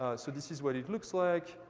so this is what it looks like.